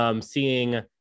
seeing